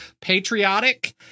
patriotic